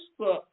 Facebook